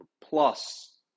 plus